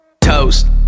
Toast